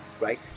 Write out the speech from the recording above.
right